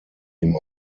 ihm